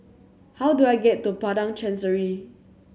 how do I get to Padang Chancery